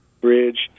Bridge